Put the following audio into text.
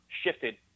shifted